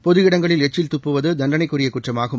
பொது இடங்களில் எச்சில் துப்புவது தண்டளைக்குரிய குற்றமாகும்